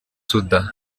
soudan